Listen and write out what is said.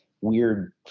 weird